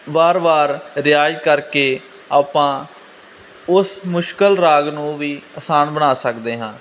ਵਾਰ ਵਾਰ ਰਿਆਜ਼ ਕਰਕੇ ਆਪਾਂ ਉਸ ਮੁਸ਼ਕਲ ਰਾਗ ਨੂੰ ਵੀ ਆਸਾਨ ਬਣਾ ਸਕਦੇ ਹਾਂ